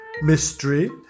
Mystery